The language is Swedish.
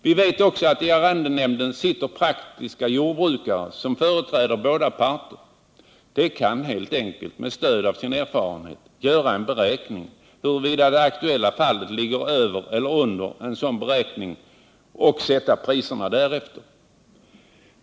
Vi vet också att i arrendenämnden sitter praktiska jordbrukare som företräder båda parter. De kan helt enkelt med stöd av sin erfarenhet avgöra huruvida det aktuella fallet ligger över eller under en sådan beräkning och sätta priset därefter.